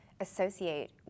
associate